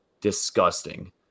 disgusting